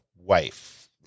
Wife